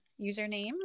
username